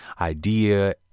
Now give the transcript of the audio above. idea